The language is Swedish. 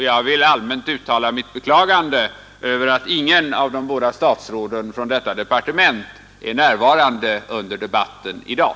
Jag vill allmänt uttala mitt beklagande av att ingen av de båda statsråden från detta departement är närvarande under debatten i dag.